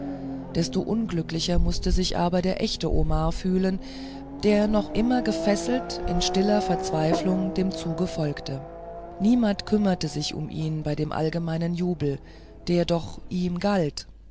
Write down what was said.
desto unglücklicher mußte sich aber der echte omar fühlen der noch immer gefesselt in stiller verzweiflung dem zuge folgte niemand kümmerte sich um ihn bei dem allgemeinen jubel der doch ihm galt